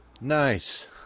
Nice